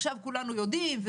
עכשיו כולנו יודעים,